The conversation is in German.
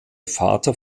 vater